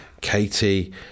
Katie